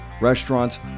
restaurants